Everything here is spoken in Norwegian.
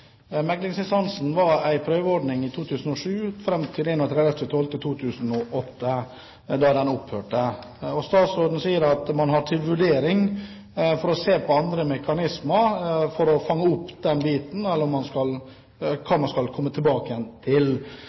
Meklingsinstansen var en prøveordning i 2007, fram til 31. desember 2008, da den opphørte. Statsråden sier at man har til vurdering å se på andre mekanismer for å fange opp den biten, eller hva man skal komme tilbake igjen til.